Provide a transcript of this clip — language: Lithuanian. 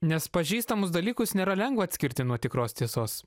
nes pažįstamus dalykus nėra lengva atskirti nuo tikros tiesos